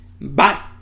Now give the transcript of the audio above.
bye